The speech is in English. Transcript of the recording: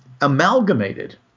amalgamated